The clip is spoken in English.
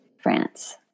France